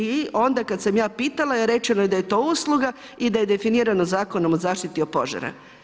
I onda kad sam ja pitala rečeno je da je to usluga i da je definirano Zakonom o zaštiti od požara.